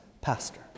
pastor